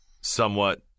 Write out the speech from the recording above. somewhat